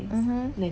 mmhmm